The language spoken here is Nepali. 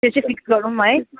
त्यो चाहिँ फिक्स गरौँ है